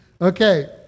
Okay